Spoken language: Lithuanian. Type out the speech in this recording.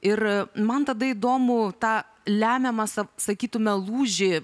ir man tada įdomu tą lemiamą sakytume lūžį